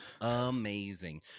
Amazing